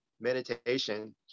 meditation